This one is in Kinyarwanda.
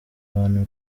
abantu